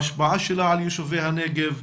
ההשפעה שלה על יישובי הנגב,